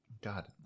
God